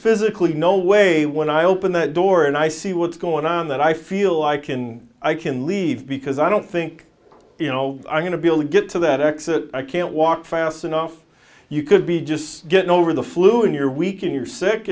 physically no way when i open that door and i see what's going on that i feel i can i can leave because i don't think you know i'm going to be able to get to that exit i can't walk fast enough you could be just getting over the flu and you're weak and you're sick